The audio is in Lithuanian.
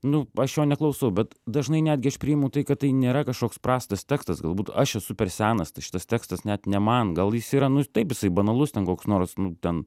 nu aš jo neklausau bet dažnai netgi aš priimu tai kad tai nėra kažkoks prastas tekstas galbūt aš esu per senas ta šitas tekstas net ne man gal jis yra nu taip jisai banalus ten koks nors nu ten